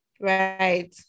right